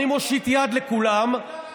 אני הפוך אני מושיט יד לכולם פנימה,